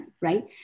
right